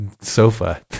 sofa